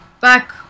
back